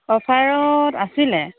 অফাৰত আছিলে